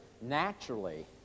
naturally